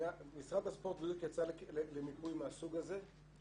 משרד הספורט בדיוק יצא למיפוי מהסוג הזה.